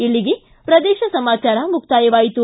ಇಲ್ಲಿಗೆ ಪ್ರದೇಶ ಸಮಾಚಾರ ಮುಕ್ತಾಯವಾಯಿತು